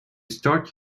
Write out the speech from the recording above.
start